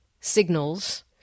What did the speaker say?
signals